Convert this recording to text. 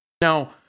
Now